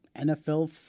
NFL